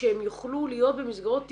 שהם יוכלו להיות במסגרות טיפוליות.